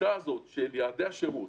השיטה של יעדי השירות,